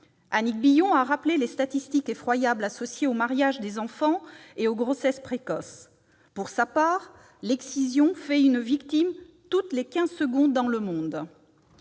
Annick Billon a rappelé les statistiques effroyables associées au mariage des enfants et aux grossesses précoces. Pour sa part, l'excision fait une victime toutes les quinze secondes dans le monde.